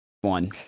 one